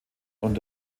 und